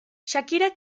shakira